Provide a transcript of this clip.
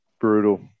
Brutal